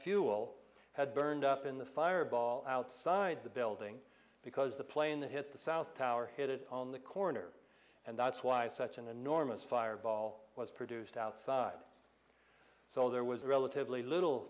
fuel had burned up in the fireball outside the building because the plane that hit the south tower hit it on the corner and that's why such an enormous fireball was produced outside so there was relatively little